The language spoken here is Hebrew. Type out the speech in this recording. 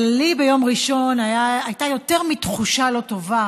אבל לי ביום ראשון הייתה יותר מתחושה לא טובה